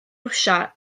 rwsia